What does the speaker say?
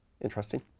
Interesting